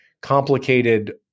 complicated